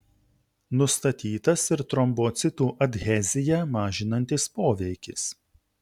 nustatytas ir trombocitų adheziją mažinantis poveikis